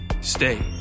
stay